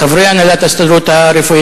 חברי הנהלת ההסתדרות הרפואית.